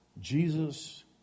Jesus